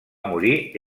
morir